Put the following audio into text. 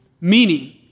Meaning